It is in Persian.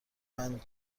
بند